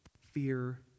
fear